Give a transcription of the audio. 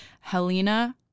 helena